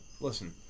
listen